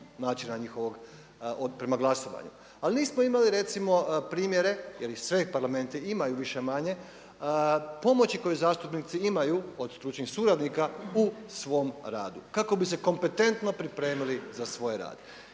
načina njihovog prema glasovanju. Ali nismo imali recimo primjere jer ih svi parlamenti imaju više-manje pomoći koju zastupnici imaju od stručnih suradnika u svom radu kako bi se kompetentno pripremili za svoj rad.